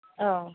औ